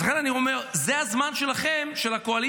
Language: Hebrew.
אז לכן אני אומר, זה הזמן שלכם, של הקואליציה,